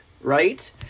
right